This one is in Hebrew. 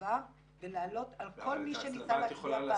הצלבה ולעלות על כל מי שניסה להצביע פעמיים.